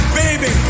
baby